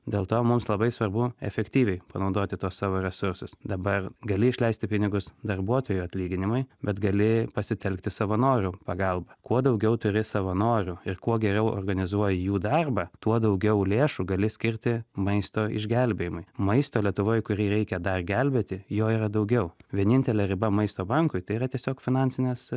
dėl to mums labai svarbu efektyviai panaudoti tuos savo resursus dabar gali išleisti pinigus darbuotojų atlyginimui bet gali pasitelkti savanorių pagalbą kuo daugiau turi savanorių ir kuo geriau organizuoji jų darbą tuo daugiau lėšų gali skirti maisto išgelbėjimui maisto lietuvoj kurį reikia dar gelbėti jo yra daugiau vienintelė riba maisto bankui tai yra tiesiog finansinės